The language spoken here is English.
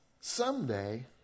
someday